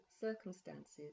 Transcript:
circumstances